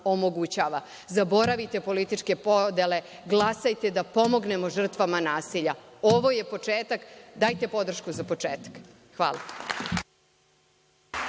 omogućava. Zaboravite političke podele, glasajte da pomognemo žrtvama nasilja. Ovo je početak. Dajte podršku za početak. Hvala.